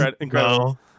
incredible